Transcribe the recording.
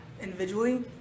individually